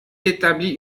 établit